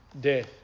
death